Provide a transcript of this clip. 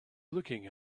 looking